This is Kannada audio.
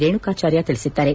ರೇಣುಕಾಚಾರ್ಯ ತಿಳಿಸಿದ್ದಾರೆ